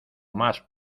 más